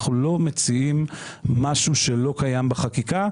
אנחנו לא מציעים משהו שלא קיים בחקיקה.